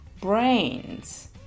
brains